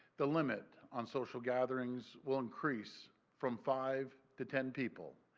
the limit on social gatherings will increase from five to ten people.